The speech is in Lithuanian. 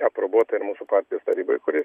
aprobuota ir mūsų partijos taryboj kuri